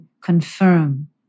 confirm